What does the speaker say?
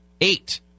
Eight